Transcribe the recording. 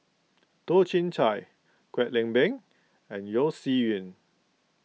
Toh Chin Chye Kwek Leng Beng and Yeo Shih Yun